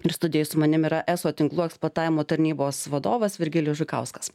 ir studijoj su manim yra eso tinklų eksploatavimo tarnybos vadovas virgilijus žukauskas